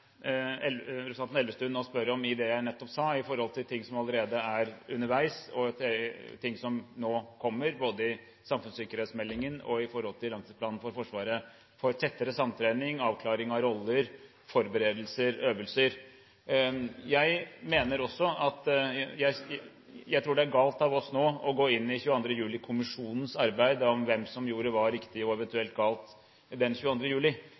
representanten Elvestuen nå spør om, i det jeg nettopp sa om det som allerede er underveis, og det som kommer, både i samfunnssikkerhetsmeldingen og i langtidsplanen for Forsvaret – en tettere samtrening, avklaring av roller, forberedelser, øvelser. Jeg tror det er galt av oss nå å gå inn i 22. juli-kommisjonens arbeid om hvem som gjorde hva riktig og eventuelt galt den 22. juli.